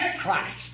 Christ